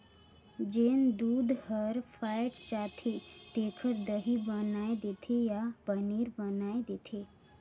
जेन दूद हर फ़ायट जाथे तेखर दही बनाय देथे या पनीर बनाय देथे